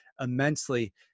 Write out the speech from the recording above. immensely